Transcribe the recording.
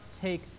take